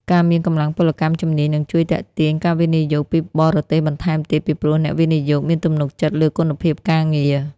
ការមានកម្លាំងពលកម្មជំនាញនឹងជួយទាក់ទាញការវិនិយោគពីបរទេសបន្ថែមទៀត ពីព្រោះអ្នកវិនិយោគមានទំនុកចិត្តលើគុណភាពការងារ។